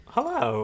Hello